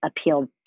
appealed